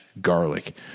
garlic